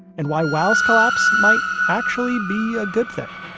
and why wow's collapse might actually be a good thing